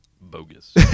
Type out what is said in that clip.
Bogus